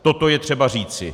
Toto je třeba říci.